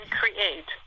create